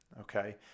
Okay